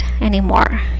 anymore